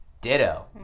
Ditto